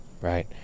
right